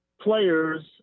players